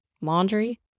Laundry